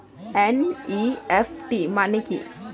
NEFT মানে কি?